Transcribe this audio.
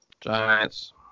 Giants